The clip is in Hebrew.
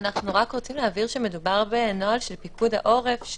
אנחנו רוצים להבהיר שמדובר בנוהל של פיקוד העורף,